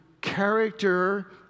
character